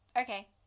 okay